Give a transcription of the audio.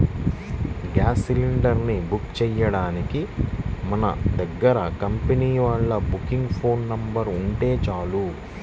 gas cylinder ని book చెయ్యడానికి మన దగ్గర కంపెనీ వాళ్ళ బుకింగ్ ఫోన్ నెంబర్ ఉంటే చాలు